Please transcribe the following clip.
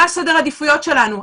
מהו סדר העדיפויות שלנו?